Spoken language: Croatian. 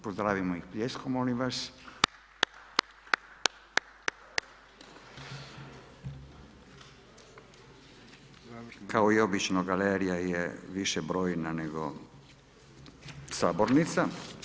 Pozdravimo ih pljeskom molim vas. . Kao i obično, galerija je višebrojna nego Sabornica.